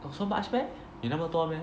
got so much meh 有那么多 meh